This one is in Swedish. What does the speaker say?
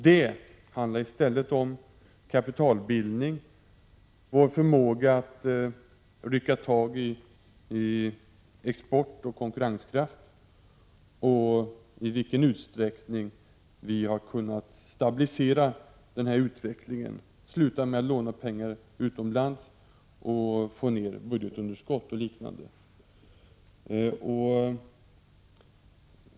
Det handlar i stället om kapitalbildning, vår förmåga att rycka tag i export och konkurrenskraft, i vilken utsträckning vi har kunnat stabilisera denna utveckling, slutat låna pengar utomlands och fått ner budgetunderskottet och liknande.